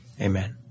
Amen